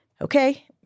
okay